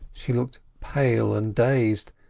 she looked pale and dazed,